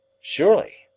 surely,